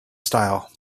style